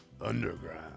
Underground